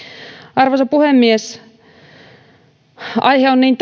arvoisa puhemies aihe on niin